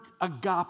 agape